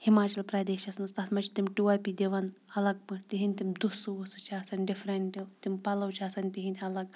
ہماچَل پرٛدیشَس منٛز تَتھ چھِ تِم ٹوپہِ دِوان الگ پٲٹھۍ تِہِنٛدۍ تِم دُسہٕ وُسہٕ چھِ آسان ڈِفرنٛٹ تِم پَلَو چھِ آسان تِہِنٛدۍ الگ